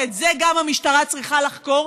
וגם את זה המשטרה צריכה לחקור.